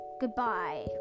goodbye